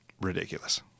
ridiculous